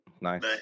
Nice